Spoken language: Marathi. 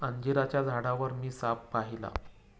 अंजिराच्या झाडावर मी साप पाहिला